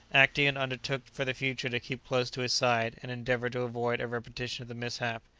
actaeon undertook for the future to keep close to his side, and endeavour to avoid a repetition of the mishap.